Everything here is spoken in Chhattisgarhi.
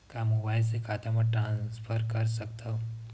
का मोबाइल से खाता म ट्रान्सफर कर सकथव?